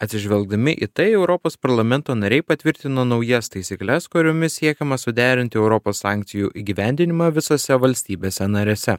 atsižvelgdami į tai europos parlamento nariai patvirtino naujas taisykles kuriomis siekiama suderinti europos sankcijų įgyvendinimą visose valstybėse narėse